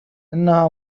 إنها